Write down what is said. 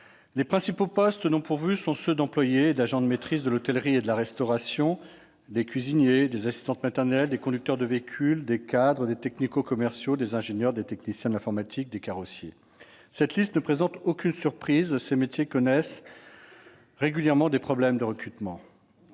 Les principaux postes non pourvus sont ceux d'employés et d'agents de maîtrise de l'hôtellerie et de la restauration, de cuisiniers, d'assistantes maternelles, de conducteurs de véhicule, de cadres, de technico-commerciaux, d'ingénieurs, de techniciens de l'informatique et de carrossiers. Cette liste ne présente aucune surprise, ces métiers connaissant régulièrement des problèmes de recrutement.